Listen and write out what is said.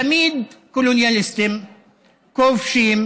תמיד קולוניאליסטים כובשים